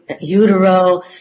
utero